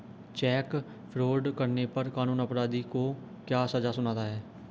Check fraud करने पर कानून अपराधी को क्या सजा सुनाता है?